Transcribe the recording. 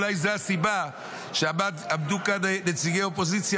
אולי זו הסיבה שעמדו כאן נציגי אופוזיציה